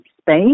space